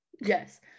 Yes